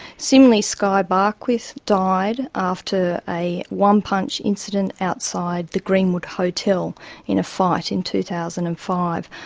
similarly skye barkwith died after a one-punch incident outside the greenwood hotel in a fight in two thousand and five.